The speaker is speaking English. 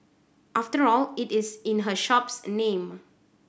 after all it is in her shop's name